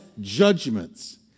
judgments